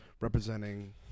representing